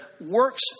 works